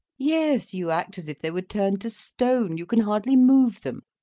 yes, you act as if they were turned to stone you can hardly move them.